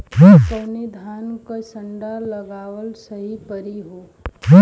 कवने धान क संन्डा लगावल सही परी हो?